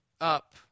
up